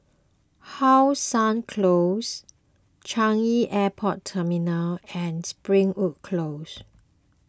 How Sun Close Changi Airport Terminal and Springwood Close